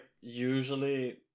usually